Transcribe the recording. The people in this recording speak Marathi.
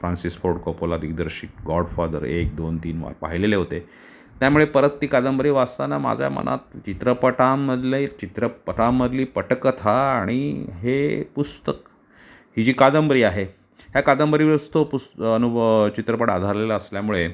फ्रांसिस फोर्ड कोपोला दिग्दर्शित गॉडफादर एक दोन तीन भाग पाह्यलेले होते त्यामुळे परत ती कादंबरी वाचताना माझ्या मनात चित्रपटांमधले चित्रपटांमधली पटकथा आणि हे पुस्तक ही जी कादंबरी आहे या कादंबरीवरस्तव पुस् अनुभवावर चित्रपट आधारलेला असल्यामुळे